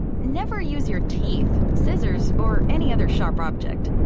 never use your teeth, scissors, or any other sharp object.